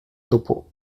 topeau